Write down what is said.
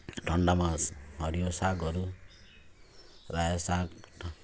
ठण्डामा हरियो सागहरू रायो साग